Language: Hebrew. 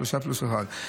שלושה פלוס אחד,